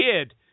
kid